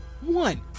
One